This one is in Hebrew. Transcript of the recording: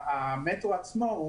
המטרו עצמו,